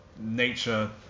nature